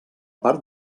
part